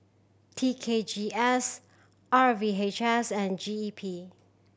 T K G S R V H S and G E P